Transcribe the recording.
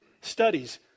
studies